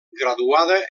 graduada